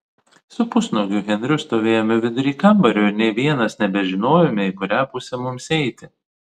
su pusnuogiu henriu stovėjome vidury kambario ir nė vienas nebežinojome į kurią pusę mums eiti